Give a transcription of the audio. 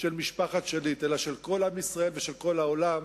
של משפחת שליט אלא של כל עם ישראל ושל כל העולם,